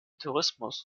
tourismus